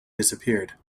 disappeared